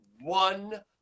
one